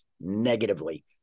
negatively